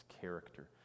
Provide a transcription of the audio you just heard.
character